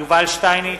יובל שטייניץ,